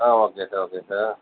ah okay sir okay sir